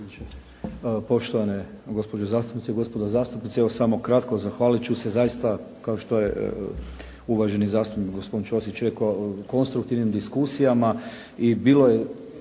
Poštovane gospođe zastupnice i gospodo zastupnici. Evo samo kratko. Zahvalit ću se zaista kao što je uvaženi zastupnik, gospodin Ćosić rekao, konstruktivnim diskusijama i bilo je